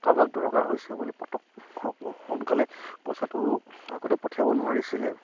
কাৰোবাক দৰকাৰ হৈছে বুলি পটক সোনকালে পইচাটো আগতে পঠিয়াব নোৱাৰিছিলে